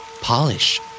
Polish